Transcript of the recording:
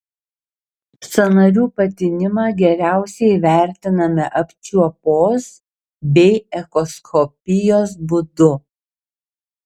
sąnarių patinimą geriausiai įvertiname apčiuopos bei echoskopijos būdu